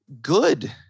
good